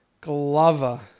Glover